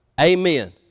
Amen